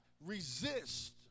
resist